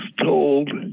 told